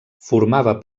formava